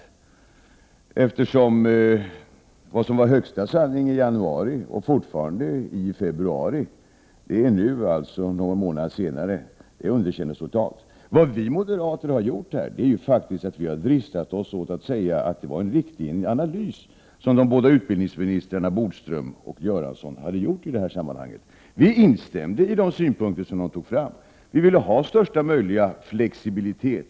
Det som var högsta sanning i januari och fortfarande i februari underkänns nu totalt några månader senare. Vad vi moderater har gjort är att vi har dristat oss till att säga att det var en viktig analys som de båda utbildningsministrarna Bodström och Göransson hade gjort i detta sammanhang. Vi instämde i deras synpunkter. Vi ville ha största möjliga flexibilitet.